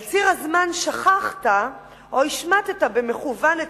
על ציר הזמן שכחת או השמטת במכוון את